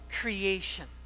creation